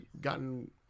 gotten